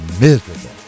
miserable